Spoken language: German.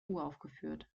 uraufgeführt